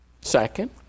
Second